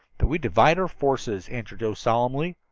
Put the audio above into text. that we divide our forces, answered joe solemnly,